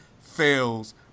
fails